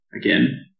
again